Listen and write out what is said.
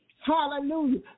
Hallelujah